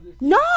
no